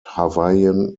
hawaiian